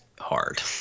hard